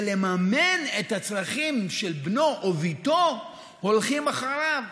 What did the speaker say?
לממן את הצרכים של בנו וביתו הולכים אחריו.